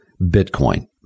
Bitcoin